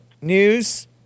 News